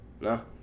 No